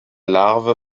larve